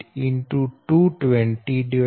8 22013